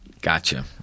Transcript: Gotcha